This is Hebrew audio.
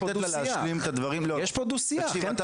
תקשיב,